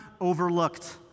overlooked